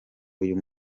uyu